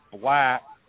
black